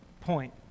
point